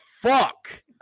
fuck